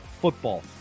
football